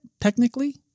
Technically